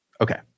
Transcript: Okay